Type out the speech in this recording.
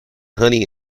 honey